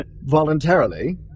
voluntarily